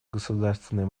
государственной